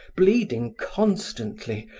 bleeding constantly,